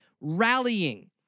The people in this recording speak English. rallying